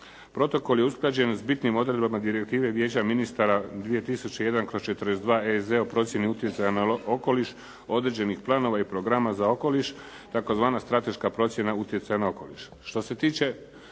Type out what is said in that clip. Protokol je usklađen sa bitnim odredbama Direktive vijeća ministara 2001/42 EZ o procjeni utjecaja na okoliš, određenih planova i programa za okoliš tzv. "Strateška procjena utjecaja na okoliš".